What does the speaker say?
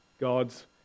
God's